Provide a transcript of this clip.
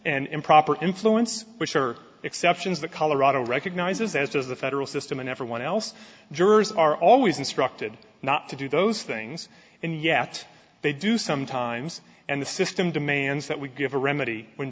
and improper influence which are exceptions the colorado recognizes as does the federal system and everyone else jurors are always instructed not to do those things and yet they do sometimes and the system demands that we give a remedy when